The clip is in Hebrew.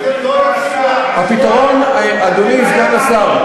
אל תמהר לענות, זה לא טוב, הפתרון, אדוני סגן השר,